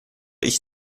ich